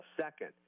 second